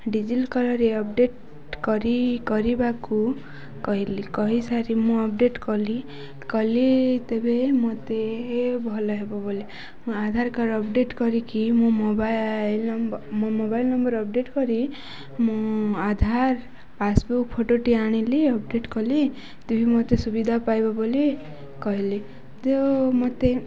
ରେ ଅପଡ଼େଟ୍ କରି କରିବାକୁ କହିଲି କହିସାରି ମୁଁ ଅପଡ଼େଟ୍ କଲି କଲି ତେବେ ମୋତେ ଭଲ ହେବ ବୋଲି ମୁଁ ଆଧାର କାର୍ଡ଼ ଅପଡ଼େଟ୍ କରିକି ମୋ ମୋବାଇଲ୍ ନମ୍ବ ମୋ ମୋବାଇଲ୍ ନମ୍ବର୍ ଅପଡ଼େଟ୍ କରି ମୁଁ ଆଧାର ପାସ୍ବୁକ୍ ଫଟୋଟି ଆଣିଲି ଅପଡ଼େଟ୍ କଲି ମୋତେ ସୁବିଧା ପାଇବ ବୋଲି କହିଲି ତ ମୋତେ